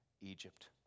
Egypt